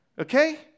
okay